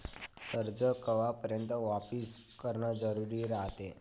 कर्ज कवापर्यंत वापिस करन जरुरी रायते?